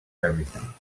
everything